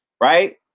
right